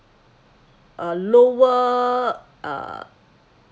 a lower uh